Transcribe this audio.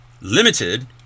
limited